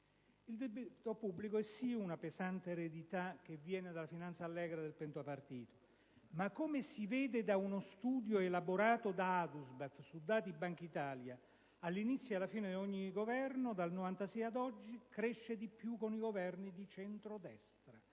Il debito pubblico è sì una pesante eredità che viene dalla finanza allegra del pentapartito ma, come si vede da uno studio elaborato da Adusbef su dati Bankitalia all'inizio e alla fine di ogni Governo, dal 1996 ad oggi cresce di più con i Governi di centrodestra.